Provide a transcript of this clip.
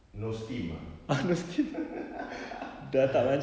no steam ah